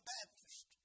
Baptist